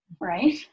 right